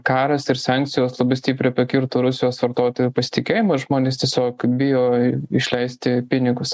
karas ir sankcijos labai stipriai pakirto rusijos vartotojų pasitikėjimą žmonės tiesiog bijo išleisti pinigus